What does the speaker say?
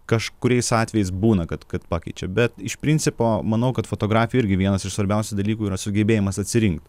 kažkuriais atvejais būna kad kad pakeičia bet iš principo manau kad fotografijoj irgi vienas iš svarbiausių dalykų yra sugebėjimas atsirinkt